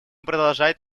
продолжать